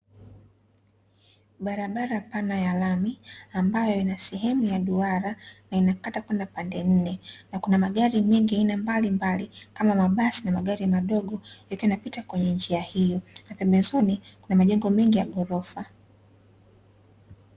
Barabara pana ya lami, ambayo ina sehemu ya duara, na inakata kwenda panda nne, na kuna magari mengi aina mbalimbali kama mabasi na magari madogo, yakiwa yanapita kwenye njia hii na pembezoni kuna majengo mengi ya ghorofa.